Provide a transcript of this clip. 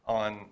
on